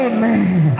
Amen